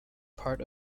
part